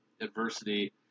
adversity